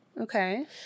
Okay